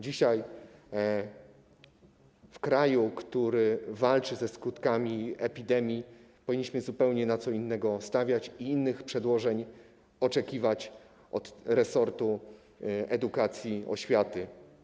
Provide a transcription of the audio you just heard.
Dzisiaj w kraju, który walczy ze skutkami epidemii, powinniśmy zupełnie na co innego stawiać i innych przedłożeń oczekiwać od resortu edukacji, oświaty.